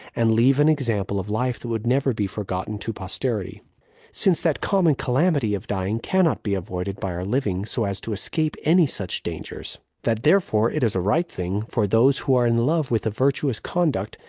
and leave an example of life that would never be forgotten to posterity since that common calamity of dying cannot be avoided by our living so as to escape any such dangers that therefore it is a right thing for those who are in love with a virtuous conduct,